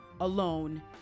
alone